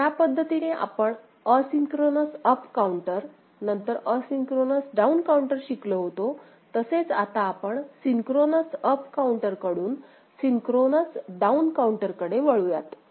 ज्या पद्धतीने आपण असिंक्रोनस अप् काउंटर नंतर असिंक्रोनस डाउन काऊंटर शिकलो होतो तसेच आता आपण सिंक्रोनस अप् काउंटर कडून सिंक्रोनस डाउन काउंटर कडे वळूयात